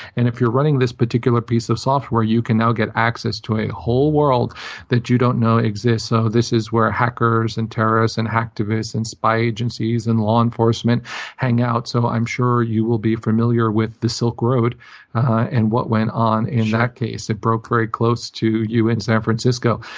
if you're running this particular piece of software, you can now get access to a whole world that you don't know exists. so this is where hackers, and terrorists, and hacktivists, and spy agencies, and law enforcement hang out. so i'm sure you will be familiar with the silk road and what went on in that case. sure. it broke very close to you in san francisco.